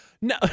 No